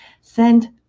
send